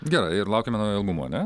gerai ir laukiame naujo albumo ane